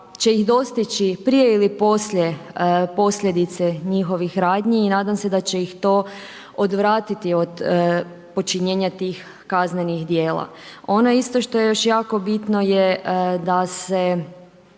će ih dostići prije ili poslije posljedice njihovih radnji i nadam se da će ih to odvratiti od počinjenja tih kaznenih djela. Ono isto što je još jako bitno je da se